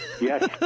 Yes